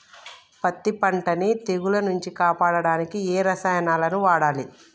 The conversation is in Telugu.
పత్తి పంటని తెగుల నుంచి కాపాడడానికి ఏ రసాయనాలను వాడాలి?